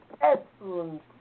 excellent